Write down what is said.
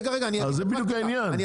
זה בדיוק העניין, כי